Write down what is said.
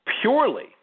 purely